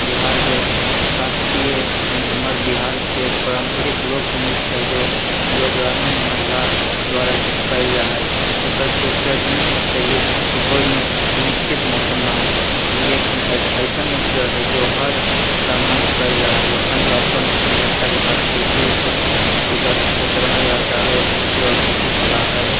बिहारके शास्त्रीय झूमर बिहारके पारम्परिक लोकनृत्य हय जो जो ग्रामीण महिला द्वारा कयल जाय हय एकर खूबसूरत नृत्य शैलीके कोइ निश्चित मौसम ना हय ई एक एसन नृत्य हय जो हर समय कयल जाय हय वसंत अपन सुन्दरताके साथ पृथ्वी पर उतरय हय आओर चारू ओर खुशी आओर खुशी फैलय हय